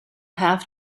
have